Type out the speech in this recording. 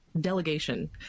delegation